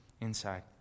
Inside